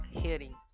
hearing